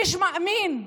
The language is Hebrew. איש מאמין,